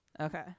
Okay